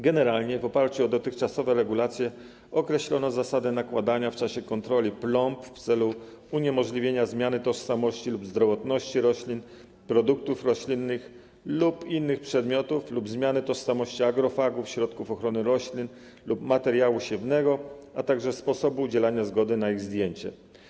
Generalnie w oparciu o dotychczasowe regulacje określono zasady nakładania w czasie kontroli plomb w celu uniemożliwienia zmiany tożsamości lub zdrowotności roślin, produktów roślinnych lub innych przedmiotów lub zmiany tożsamości agrofagów, środków ochrony roślin lub materiału siewnego, a także sposób udzielania zgody na ich zdjęcie.